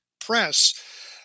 press